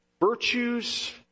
virtues